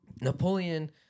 Napoleon